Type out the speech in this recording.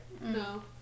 No